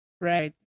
Right